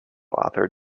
author